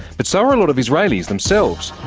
but so are a lot of israelis themselves.